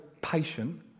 patient